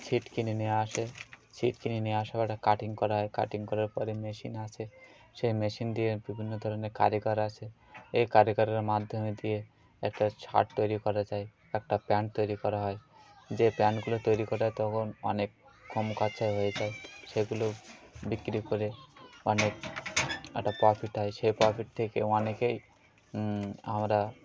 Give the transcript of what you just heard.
ছিট কিনে নিয়ে আসে ছিট কিনে নিয়ে আসার একটা কাটিং করা হয় কাটিং করার পরে মেশিন আসে সেই মেশিন দিয়ে বিভিন্ন ধরনের কারিগর আসে এই কারিগরের মাধ্যমে দিয়ে একটা শার্ট তৈরি করা যায় একটা প্যান্ট তৈরি করা হয় যে প্যান্টগুলো তৈরি করা তখন অনেক কম খরচায় হয়ে যায় সেগুলো বিক্রি করে অনেক একটা প্রফিট হয় সেই প্রফিট থেকে অনেকেই আমরা